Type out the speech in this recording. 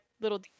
little